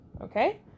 okay